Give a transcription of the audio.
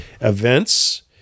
events